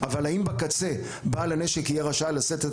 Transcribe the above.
אבל האם בקצה בעל הנשק יהיה רשאי לשאת את